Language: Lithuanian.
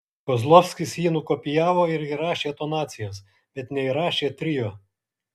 kozlovskis jį nukopijavo ir įrašė tonacijas bet neįrašė trio